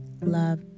love